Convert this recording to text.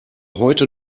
heute